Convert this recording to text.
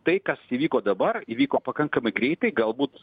tai kas įvyko dabar įvyko pakankamai greitai galbūt